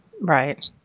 Right